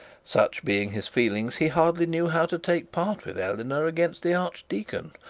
such being his feelings, he hardly knew how to take part with eleanor against the archdeacon,